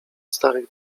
starych